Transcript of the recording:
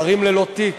שרים ללא תיק